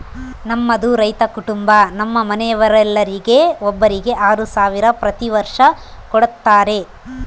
ನಮ್ಮದು ರೈತ ಕುಟುಂಬ ನಮ್ಮ ಮನೆಯವರೆಲ್ಲರಿಗೆ ಒಬ್ಬರಿಗೆ ಆರು ಸಾವಿರ ಪ್ರತಿ ವರ್ಷ ಕೊಡತ್ತಾರೆ